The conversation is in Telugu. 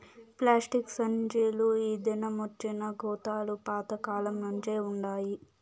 ప్లాస్టిక్ సంచీలు ఈ దినమొచ్చినా గోతాలు పాత కాలంనుంచే వుండాయి